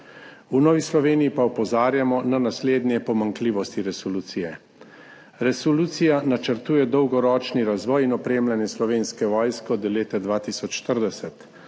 V Novi Sloveniji pa opozarjamo na naslednje pomanjkljivosti resolucije. Resolucija načrtuje dolgoročni razvoj in opremljanje Slovenske vojske do leta 2040.